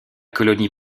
colonie